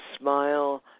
smile